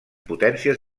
potències